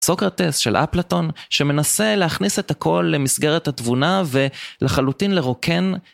סוקרטס של אפלטון שמנסה להכניס את הכל למסגרת התבונה ולחלוטין לרוקן